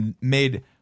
made